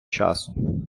часу